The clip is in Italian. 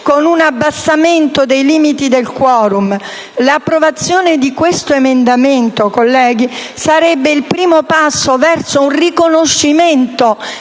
di un abbassamento dei limiti del *quorum*. L'approvazione di questo emendamento, colleghi, sarebbe il primo passo verso un riconoscimento